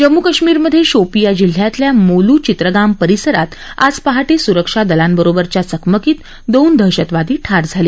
जम्मू कश्मीरमधे शोपियां जिल्ह्यातल्या मोलू चित्रगाम परिसरात आज पहाटे सुरक्षा दलांबरोबरच्या चकमकीत दोन दहशतवादी ठार झाले